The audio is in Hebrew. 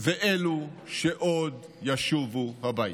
ואלו שעוד ישובו הביתה.